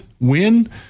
win